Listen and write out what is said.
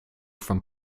from